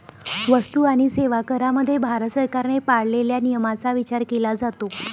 वस्तू आणि सेवा करामध्ये भारत सरकारने पाळलेल्या नियमांचा विचार केला जातो